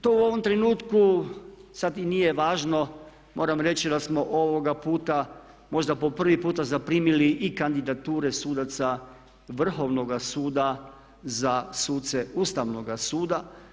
To u ovom trenutku sad i nije važno, moram reći da smo ovoga puta možda po prvi puta zaprimili i kandidature sudaca Vrhovnoga suda za suce Ustavnoga suda.